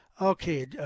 Okay